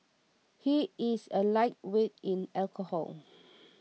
he is a lightweight in alcohol